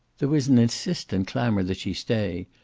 there was an insistent clamor that she stay,